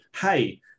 hey